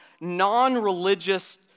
non-religious